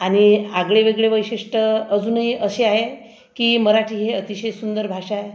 आणि आगळे वेगळे वैशिष्ट्य अजूनही असे आहे की मराठी ही अतिशय सुंदर भाषा आहे